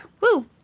Woo